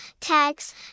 tags